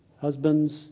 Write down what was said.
husbands